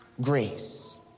grace